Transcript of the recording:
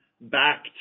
back